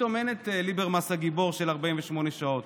פתאום אין את ליברמן הגיבור של 48 שעות.